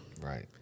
Right